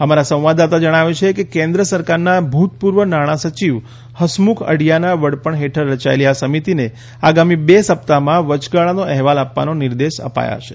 અમારા સંવાદદાતા જણાવે છે કે કેન્દ્ર સરકારના ભૂતપૂર્વ નાણાં સચિવ હસમુખ અઢિયાના વડપણ હેઠળ રચાયેલી આ સમિતિને આગામી બે સપ્તાહમાં વચગાળાનો અહેવાલ આપવાના નિર્દેશ અપાયા છે